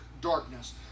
darkness